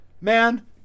man